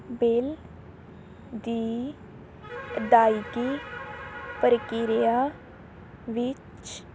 bill ਦੀ ਅਦਾਇਗੀ ਪ੍ਰਕਿਰਿਆ ਵਿੱਚ